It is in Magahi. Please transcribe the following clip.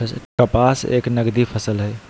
कपास एक नगदी फसल हई